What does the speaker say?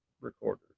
recorders